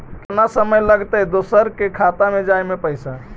केतना समय लगतैय दुसर के खाता में जाय में पैसा?